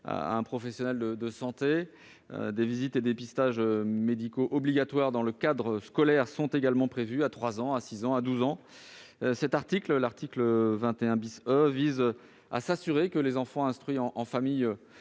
à un professionnel de santé. Des visites et des dépistages médicaux obligatoires dans le cadre scolaire sont également prévus à 3 ans, à 6 ans et à 12 ans. L'article 21 E vise à s'assurer que les enfants instruits en famille